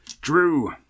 Drew